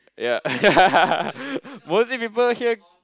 ya mostly people here